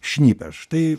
šnipė štai